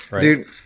Dude